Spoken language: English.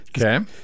Okay